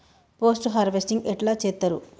Post harvesting ఎట్ల చేత్తరు?